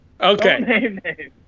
Okay